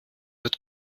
wird